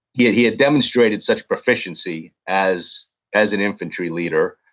yet he had demonstrated such proficiency as as an infantry leader,